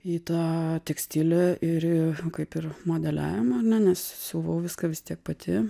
į tą tekstilę ir į kaip ir modeliavimą ne nes siuvau viską vis tiek pati